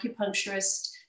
acupuncturist